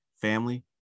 family